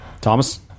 Thomas